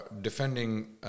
defending